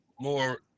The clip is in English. More